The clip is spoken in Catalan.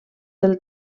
del